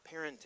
parenting